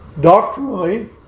Doctrinally